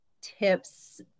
tips